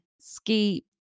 ski